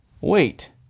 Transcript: wait